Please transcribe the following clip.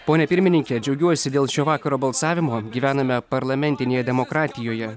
pone pirmininke džiaugiuosi dėl šio vakaro balsavimo gyvename parlamentinėje demokratijoje